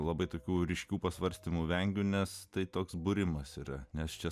labai tokių ryškių pasvarstymų vengiu nes tai toks būrimas yra nes čia